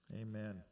Amen